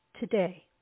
Today